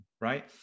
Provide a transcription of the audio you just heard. Right